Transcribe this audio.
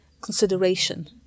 consideration